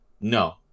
no